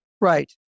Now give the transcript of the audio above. Right